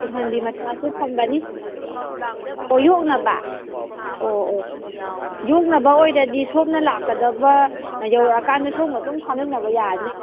ꯇꯨꯡꯍꯟꯕꯤ ꯃꯆꯥꯁꯨ ꯐꯪꯒꯅꯤ ꯑꯣ ꯌꯣꯛꯅꯕ ꯑꯣ ꯑꯣ ꯌꯣꯛꯅꯕ ꯑꯣꯏꯔꯗꯤ ꯁꯣꯝꯕ ꯂꯥꯛꯀꯗꯕ ꯌꯧꯔꯛꯑꯀꯥꯟꯗ ꯁꯣꯝꯒ ꯑꯗꯨꯝ ꯐꯥꯃꯤꯟꯅꯕ ꯇꯥꯔꯅꯤ